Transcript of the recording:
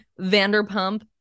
vanderpump